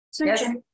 Yes